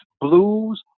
blues